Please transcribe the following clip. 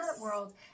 world